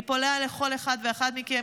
אני פונה לכל אחד ואחת מכם,